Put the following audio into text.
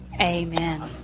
amen